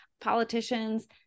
politicians